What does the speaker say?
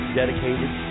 dedicated